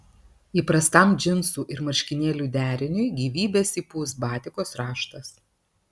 įprastam džinsų ir marškinėlių deriniui gyvybės įpūs batikos raštas